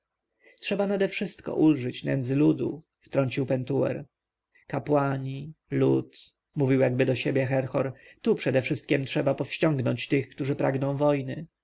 trzeba nadewszystko ulżyć nędzy ludu wtrącił pentuer kapłani lud mówił jakby do siebie herhor tu przedewszystkiem trzeba powściągnąć tych którzy pragną wojny